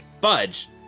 budge